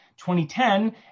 2010